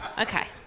Okay